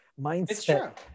mindset